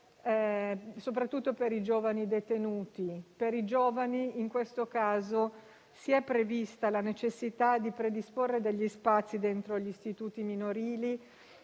soprattutto per i giovani detenuti, per i quali si è prevista la necessità di predisporre degli spazi dentro gli istituti minorili,